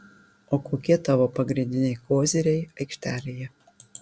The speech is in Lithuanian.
o kokie tavo pagrindiniai koziriai aikštelėje